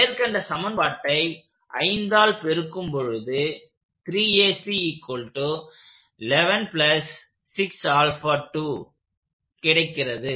மேற்கண்ட சமன்பாட்டை 5 ஆல் பெருக்கும் பொழுது கிடைக்கிறது